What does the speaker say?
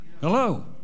Hello